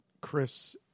Chris